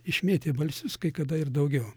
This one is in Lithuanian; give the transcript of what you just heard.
išmėtė balsius kai kada ir daugiau